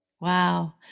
Wow